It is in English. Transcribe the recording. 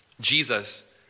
Jesus